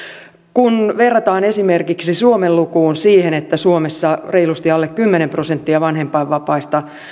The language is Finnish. kun sitä verrataan esimerkiksi suomen lukuun siihen että suomessa reilusti alle kymmenen prosenttia vanhempainvapaista